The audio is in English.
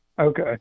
Okay